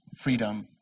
freedom